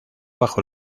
bajo